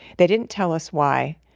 they didn't tell us why.